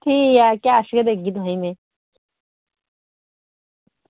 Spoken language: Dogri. ठीक ऐ कैश ई देगी में तुसेंगी